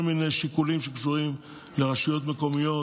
מיני שיקולים שקשורים לרשויות מקומיות.